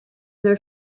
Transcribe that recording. their